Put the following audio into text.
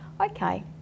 Okay